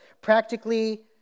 practically